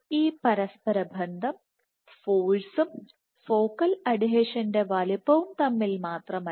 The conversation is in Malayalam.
ഈ പരസ്പരബന്ധം ഫോഴ്സും ഫോക്കൽ അഡ്ഹീഷൻറെ വലുപ്പവും തമ്മിൽ മാത്രമല്ല